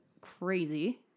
crazy